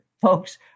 Folks